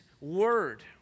word